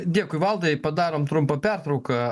dėkui valdai padarom trumpą pertrauką